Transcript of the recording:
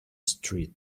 street